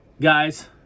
guys